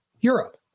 Europe